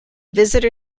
visitor